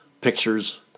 pictures